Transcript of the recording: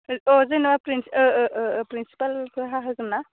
जेनेबा फ्रिन्स फ्रिन्सफालखो हाहोगोन ना